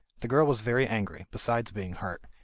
the girl was very angry, besides being hurt,